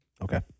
Okay